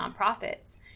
nonprofits